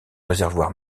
réservoir